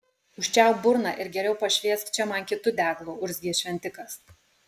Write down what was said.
užčiaupk burną ir geriau pašviesk čia man kitu deglu urzgė šventikas